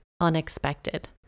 unexpected